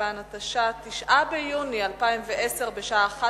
לפי תקנון הכנסת היא הוועדה לקידום מעמד האשה,